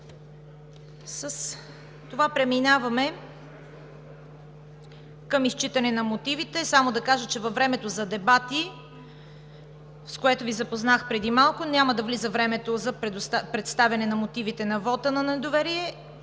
С това преминаваме към изчитане на мотивите. Само да кажа, че във времето за дебати, с което Ви запознах преди малко, няма да влиза времето за представяне на мотивите на вота на недоверие